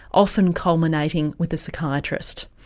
often culminating with a psychiatrist.